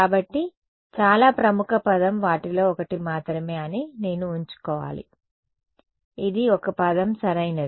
కాబట్టి చాలా ప్రముఖ పదం వాటిలో ఒకటి మాత్రమే అని నేను ఉంచుకోవాలి ఇది ఒక పదం సరైనది